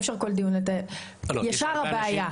אי אפשר כל דיון לספר הכול מהתחלה.